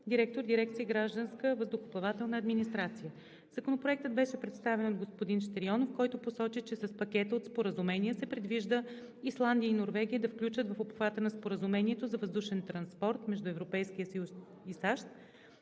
директор в дирекция „Гражданска въздухоплавателна администрация“. Законопроектът беше представен от господин Щерионов, който посочи, че с пакета от споразумения се предвижда Исландия и Норвегия да се включат в обхвата на Споразумението за въздушен транспорт между ЕС и САЩ,